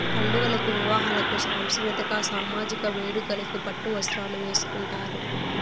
పండుగలకు వివాహాలకు సాంస్కృతిక సామజిక వేడుకలకు పట్టు వస్త్రాలు వేసుకుంటారు